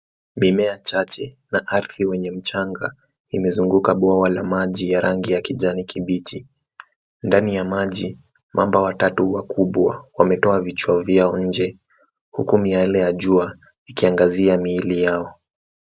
Mimea chache na ardhi wenye mchanga imezunguka bwawa la maji ya rangi ya kijani kibichi. Ndani ya maji, mamba watatu wakubwa wametoa vichwa vyao nje, huku miale ya jua ikiangazia miili yao.